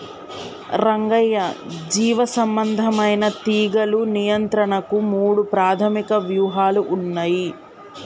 రంగయ్య జీవసంబంధమైన తీగలు నియంత్రణకు మూడు ప్రాధమిక వ్యూహాలు ఉన్నయి